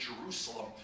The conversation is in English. Jerusalem